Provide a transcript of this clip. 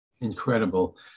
Incredible